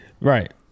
Right